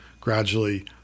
gradually